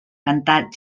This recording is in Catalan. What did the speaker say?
cantat